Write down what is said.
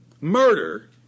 murder